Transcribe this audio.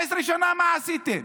12 שנה, מה עשיתם?